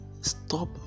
stop